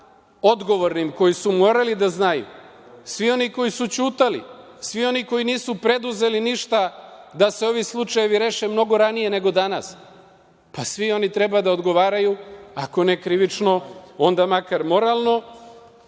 pozicijama, koji su morali da znaju, svi oni koji su ćutali, svi oni koji nisu preduzeli ništa da se ovi slučajevi reše mnogo ranije nego danas, pa svi oni trebaju da odgovaraju. Ako ne krivično, onda makar moralno. Kada